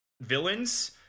villains